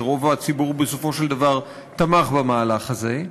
ורוב הציבור בסופו של דבר תמך במהלך הזה,